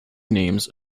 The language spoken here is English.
names